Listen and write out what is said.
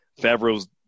Favreau's